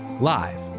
live